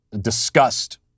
disgust